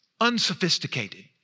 unsophisticated